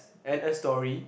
and a story